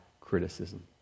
criticism